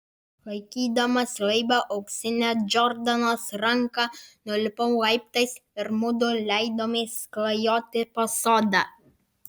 laikydamas laibą auksinę džordanos ranką nulipau laiptais ir mudu leidomės klajoti po sodą